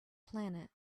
planet